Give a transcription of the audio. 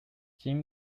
jim